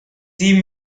sea